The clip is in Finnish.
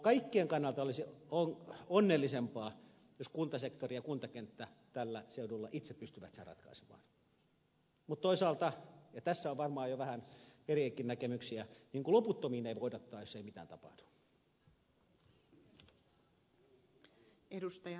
kaikkien kannalta olisi onnellisempaa jos kuntasektori ja kuntakenttä tällä seudulla itse pystyvät sen ratkaisemaan mutta toisaalta ja tässä on varmaan jo vähän eriäviäkin näkemyksiä loputtomiin ei voida odottaa jos ei mitään tapahdu